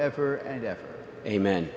ever and ever amen